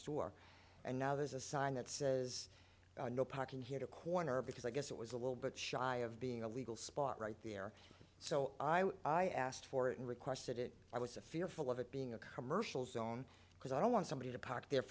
store and now there's a sign that says no parking here to corner because i guess it was a little bit shy of being a legal spot right there so i asked for it and requested it i was fearful of it being a commercial zone because i don't want somebody to park there